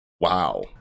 wow